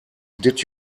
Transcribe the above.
did